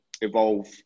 evolve